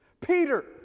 Peter